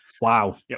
Wow